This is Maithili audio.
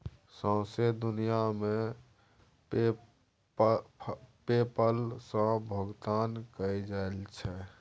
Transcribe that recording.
सौंसे दुनियाँ मे पे पल सँ भोगतान कएल जाइ छै